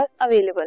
available